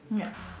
ya